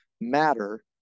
matter